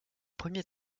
premiers